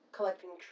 collecting